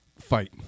Fight